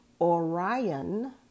Orion